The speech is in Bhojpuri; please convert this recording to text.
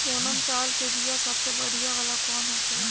सोनम चावल के बीया सबसे बढ़िया वाला कौन होखेला?